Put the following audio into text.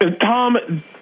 Tom